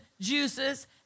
juices